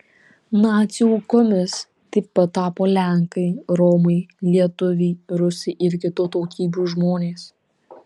nacių aukomis taip pat tapo lenkai romai lietuviai rusai ir kitų tautybių žmonės